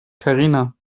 karina